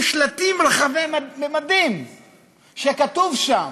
שיהיו שלטים רחבי ממדים שכתוב שם: